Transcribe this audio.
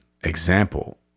example